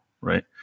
right